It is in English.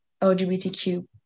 lgbtq